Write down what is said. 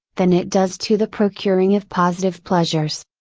than it does to the procuring of positive pleasures.